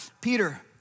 Peter